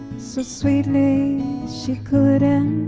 so sweetly she couldn't